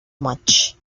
match